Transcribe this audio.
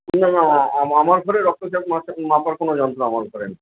না না আমার ঘরে রক্তচাপ মাপার কোনো যন্ত্র আমার ঘরে নেই